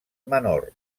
menor